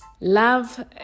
Love